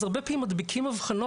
אז הרבה פעמים מדביקים הבחנות.